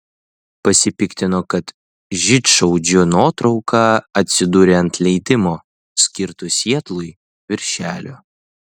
pasipiktino kad žydšaudžio nuotrauka atsidūrė ant leidimo skirto sietlui viršelio